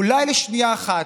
אולי לשנייה אחת,